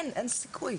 אין סיכוי.